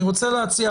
אני רוצה להציע,